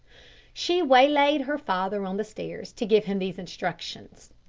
she waylaid her father on the stairs to give him these instructions.